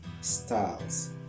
styles